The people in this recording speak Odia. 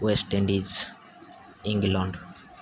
West Indies England